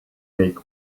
make